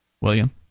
William